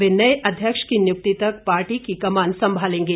वे नए अध्यक्ष की नियुक्ति तक पार्टी की कमान संभालेंगे